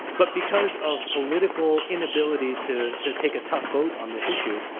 but because of political inability to to take a tough vote on this issue,